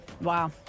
Wow